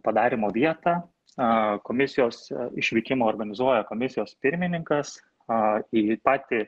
padarymo vietą a komisijos išvykimą organizuoja komisijos pirmininkas a į patį